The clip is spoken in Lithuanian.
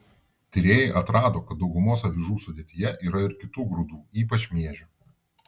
tyrėjai atrado kad daugumos avižų sudėtyje yra ir kitų grūdų ypač miežių